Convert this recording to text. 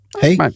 hey